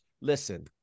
listen